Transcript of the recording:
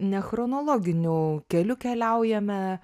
nechronologiniu keliu keliaujame